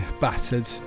battered